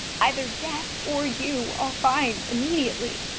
either death or you i'll find immediately.